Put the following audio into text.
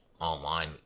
online